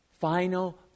final